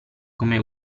come